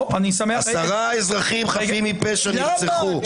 עשרה אזרחים חפים מפשע נרצחו.